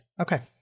Okay